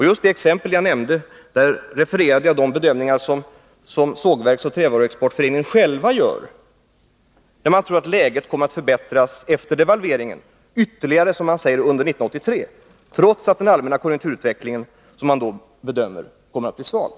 Tjust det exempel som jag nämnde refererade jag till de bedömningar som man inom Sågverkso. trävaruexportföreningen själv gör, att man tror att läget kommer att förbättras efter devalveringen ytterligare under 1983 —- som man säger — trots att man bedömer att den allmänna konjunkturutvecklingen kommer att bli svag.